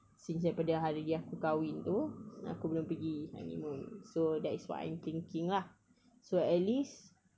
since daripada hari aku kahwin tu aku belum pergi honeymoon so that is why I'm thinking lah so at least